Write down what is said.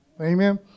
Amen